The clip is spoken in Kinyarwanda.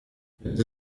jose